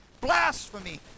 blasphemy